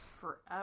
forever